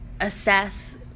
assess